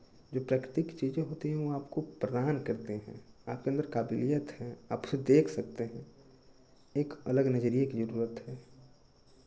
जो प्राकृतिक चीज़ें होती है वो आपको प्रदान करते हैं आपके अन्दर काबिलियत है आप उसे देख सकते हैं एक अलग नज़रिये की ज़रूरत है